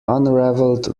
unraveled